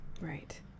Right